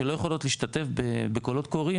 שלא יכולות להשתתף בקולות קוראים,